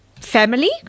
family